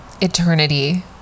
eternity